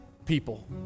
people